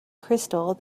crystal